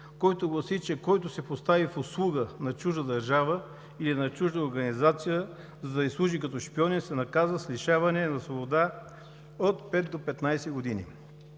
който гласи: „Който се постави в услуга на чужда държава и на чужда организация, за да ѝ служи като шпионин…, се наказва с лишаване от свобода от пет до петнадесет